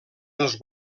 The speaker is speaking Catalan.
els